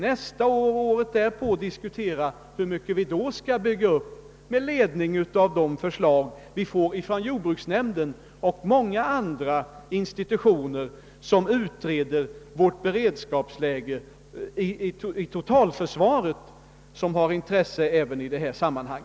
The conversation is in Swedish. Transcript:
Nästa år och året därpå får vi diskutera hur mycket vi då skall bygga upp vår livsmedelsberedskap med ledning av de förslag som kommer från jordbruks nämnden och många andra institutioner vilka utreder frågan om beredskapsläget sett från totalförsvarets synpunkt, något som har intresse även i detta sammanhang.